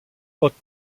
haute